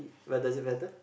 but does it matter